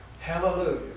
Hallelujah